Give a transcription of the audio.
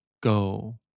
go